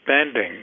spending